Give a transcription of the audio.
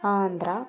Andhra